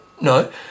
No